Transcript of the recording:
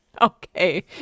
Okay